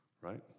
right